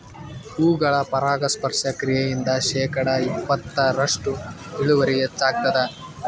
ಹೂಗಳ ಪರಾಗಸ್ಪರ್ಶ ಕ್ರಿಯೆಯಿಂದ ಶೇಕಡಾ ಇಪ್ಪತ್ತರಷ್ಟು ಇಳುವರಿ ಹೆಚ್ಚಾಗ್ತದ